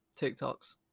TikToks